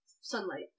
sunlight